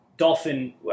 Dolphin